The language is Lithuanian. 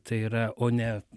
tai yra o ne